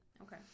Okay